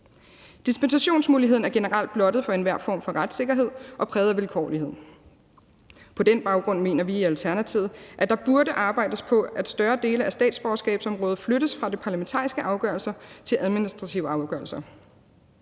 Dispensationsmuligheden er generelt blottet for enhver form for retssikkerhed og præget af vilkårlighed. På den baggrund mener vi i Alternativet, at der burde arbejdes på, at større dele af statsborgerskabsområdet flyttes fra at være parlamentariske afgørelser til administrative afgørelser,